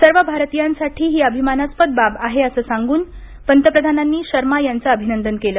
सर्व भारतीयांसाठी ही अभिमानास्पद बाब आहे असं सांगून पंतप्रधानांनी शर्मा यांचं अभिनंदन केलं